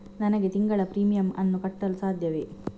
ನನಗೆ ತಿಂಗಳ ಪ್ರೀಮಿಯಮ್ ಅನ್ನು ಕಟ್ಟಲು ಸಾಧ್ಯವೇ?